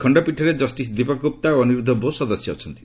ଖଣ୍ଡପୀଠରେ ଜଷ୍ଟିସ୍ ଦୀପକ୍ ଗ୍ରପ୍ତା ଓ ଅନିର୍ରଦ୍ଧ ବୋଷ୍ ସଦସ୍ୟ ଅଛନ୍ତି